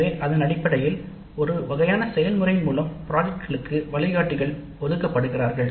எனவே அதன் அடிப்படையில் ஒரு வகையான செயல்முறையின் மூலம் திட்டங்களுக்கு வழிகாட்டிகள் ஒதுக்கப்படுகிறார்கள்